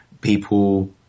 people